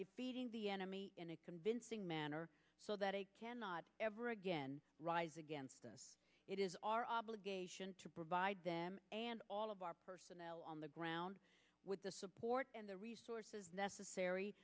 defeating the enemy in a convincing manner so that they cannot ever again rise against us it is our obligation to provide them and all of our personnel on the ground with the support and the resources necessary